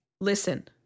listen